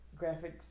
graphics